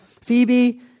Phoebe